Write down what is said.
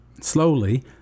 Slowly